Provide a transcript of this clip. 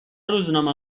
روزنامه